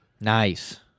Nice